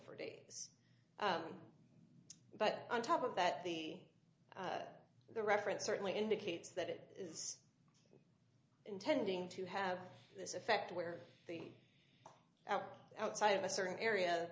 for days but on top of that the the reference certainly indicates that it is intending to have this effect where the outside of a certain area